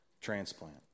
transplant